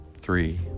three